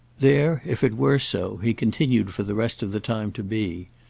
there, if it were so, he continued for the rest of the time to be,